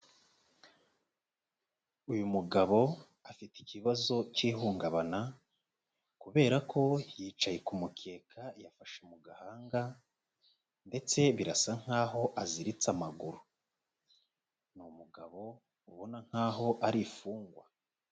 Uyu mugabo afite ikibazo cy'ihungabana, kubera ko yicaye ku mukeka yafashe mu gahanga ndetse birasa nkaho aziritse amaguru. Ni umugabo ubona nkaho ari imfungwa.